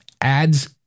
ads